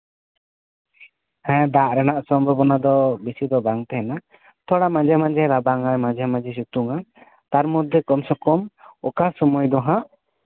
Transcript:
ᱦᱮᱸ ᱫᱟᱜ ᱨᱮᱱᱟᱜ ᱥᱚᱢᱵᱷᱚᱵᱚᱱᱟ ᱫᱚ ᱵᱮᱥᱤ ᱫᱚ ᱵᱟᱝ ᱛᱟᱦᱮᱱᱟ ᱛᱷᱚᱲᱟ ᱢᱟᱡᱷᱮᱼᱢᱟᱡᱷᱮ ᱨᱟᱵᱟᱝᱟᱭ ᱢᱟᱡᱷᱮᱼᱢᱟᱡᱷᱮ ᱥᱤᱛᱩᱝᱟᱭ ᱛᱟᱨ ᱢᱚᱫᱽᱫᱷᱮ ᱠᱚᱢ ᱥᱮ ᱠᱚᱢ ᱚᱠᱟ ᱥᱚᱢᱚᱭ ᱫᱚ ᱦᱟᱸᱜ